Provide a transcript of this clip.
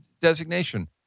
designation